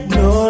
no